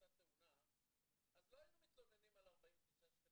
שקרתה תאונה אז לא היינו מתלוננים על ה-49 שקלים,